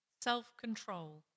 self-control